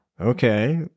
okay